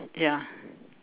ya